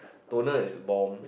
toner is bomb